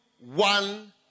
one